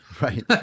right